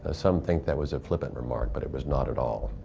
ah some think that was a flippant remark but it was not at all.